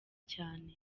cyane